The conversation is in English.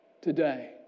today